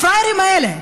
הפראיירים האלה,